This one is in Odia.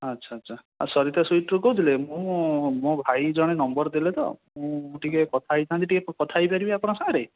ଆଚ୍ଛା ଆଚ୍ଛା ସରିତା ସୁଇଟ୍ସରୁ କହୁଥିଲେ ମୁଁ ମୋ ଭାଇ ଜଣେ ନମ୍ବର ଦେଲେ ତ ମୁଁ ଟିକିଏ କଥା ହେଇଥାନ୍ତି ଟିକିଏ କଥା ହେଇପାରିବି ଆପଣଙ୍କ ସାଙ୍ଗରେ